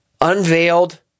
unveiled